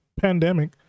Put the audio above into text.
pandemic